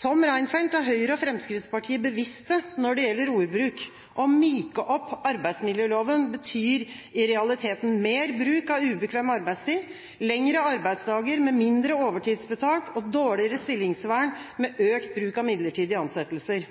Som Reinfeldt er Høyre og Fremskrittspartiet bevisste når det gjelder ordbruk. Å myke opp arbeidsmiljøloven betyr i realiteten mer bruk av ubekvem arbeidstid, lengre arbeidsdager med mindre overtidsbetalt, og dårligere stillingsvern med økt bruk av midlertidige ansettelser.